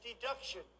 deduction